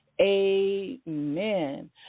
amen